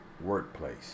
workplace